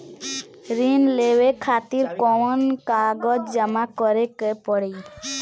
ऋण लेवे खातिर कौन कागज जमा करे के पड़ी?